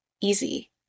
easy